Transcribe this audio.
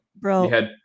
Bro